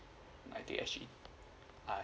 ninety S_G uh